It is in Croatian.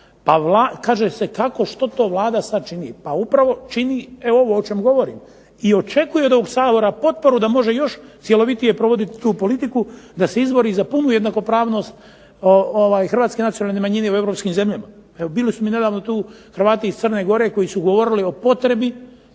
pa kaže se što to Vlada sada čini, upravo čini ovo što govorim i očekuje od Sabora potporu da može još cjelovitije provoditi tu politiku da se izbori za punu jednakopravnost Hrvatske nacionalne manjine u Europskim zemljama. Bili su mi nedavno tu Hrvati iz Crne Gore koji su govorili o potrebi